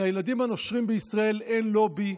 לילדים הנושרים בישראל אין לובי,